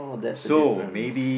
that's the difference